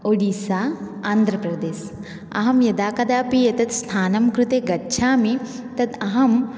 ओडिश्शा आन्ध्रप्रदेशः अहं यदा कदापि एतत् स्थानं कृते गच्छामि तत् अहम्